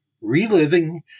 Reliving